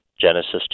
Genesis